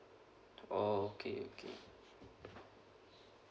oh okay okay